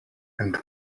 and